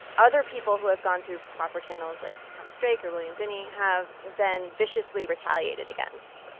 other people who have gone through proper channels, like thomas drake or william binney, have been viciously retaliated against.